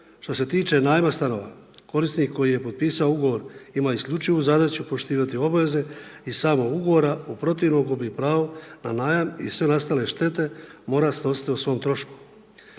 Što se tiče najma stanova korisnik koji je potpisao ugovor ima isključivu zadaću poštivati obaveze iz samog ugovora u protivnom gubi pravo na najam i sve nastale štete mora snositi o svom trošku.